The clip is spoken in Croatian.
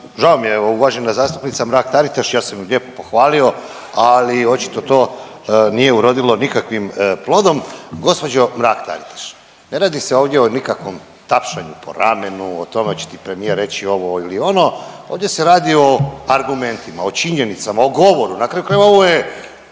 žao mi evo uvažena zastupnica Mrak Taritaš ja sam ju lijepo pohvalio, ali očito to nije urodilo nikakvim plodom. Gospođo Mrak Taritaš ne radi se ovdje o nikakvom tapšanju po ramenu, o tome hoće li ti premijer reći ovdje ili ono, ovdje se radi o argumentima, o činjenicama, o govoru. Na kraju krajeva ovo je